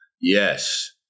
Yes